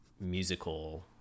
musical